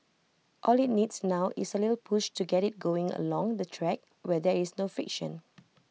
all IT needs now is A little push to get IT going along the track where there is no friction